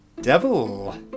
Devil